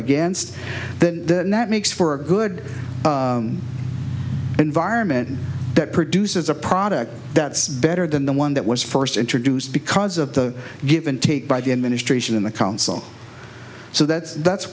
against that that makes for a good environment that produces a product that's better than the one that was first introduced because of the give and take by the administration in the council so that's that's